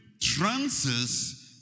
trances